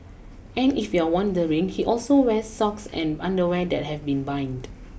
and if you re wondering he also wears socks and underwear that have been binned